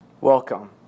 welcome